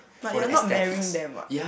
but you're not marrying them what